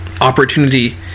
opportunity